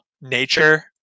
nature